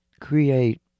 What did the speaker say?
create